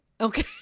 Okay